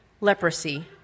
leprosy